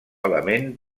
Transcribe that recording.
element